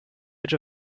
edge